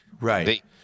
right